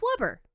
flubber